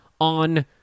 on